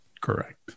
Correct